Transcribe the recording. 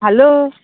hello